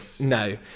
No